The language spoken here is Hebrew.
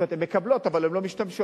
הן מקבלות אבל לא משתמשות.